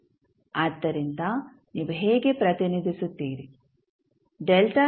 ಆದ್ದರಿಂದ ನೀವು ಹೇಗೆ ಪ್ರತಿನಿಧಿಸುತ್ತೀರಿ